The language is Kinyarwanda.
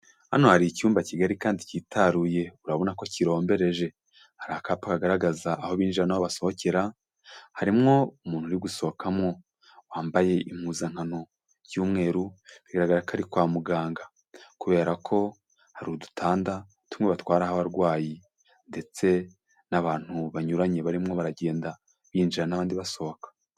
Hano hari icyumba kigari kandi cyitaruye urabona ko kirombereje. Hari akapa kagaragaza aho binjira naho aho basohokera, harimwo umuntu uri gusohokamo wambaye impuzankano by'umweru, biragaragara ko ari kwa muganga kubera ko hari udutanda tumwe batwararaho abarwayi, ndetse n'abantu banyuranye barimo baragenda binjira n'abandi basohoka.